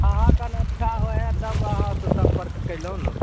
अहाँ कन अच्छा होइ हइ तब अहाँ से सम्पर्क कयलहुॅं ने